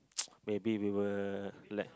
maybe we will like